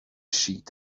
sheet